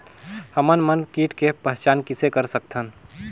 हमन मन कीट के पहचान किसे कर सकथन?